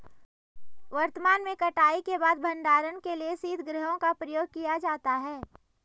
वर्तमान में कटाई के बाद भंडारण के लिए शीतगृहों का प्रयोग किया जाता है